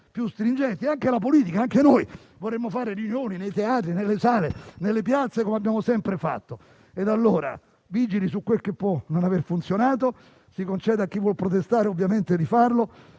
più stringenti. Anche la politica, anche noi vorremmo fare riunioni nei teatri, nelle sale e nelle piazze, come abbiamo sempre fatto. E allora, vigili su quel che può non aver funzionato, si conceda a chi vuol protestare ovviamente di farlo,